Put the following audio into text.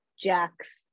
Jack's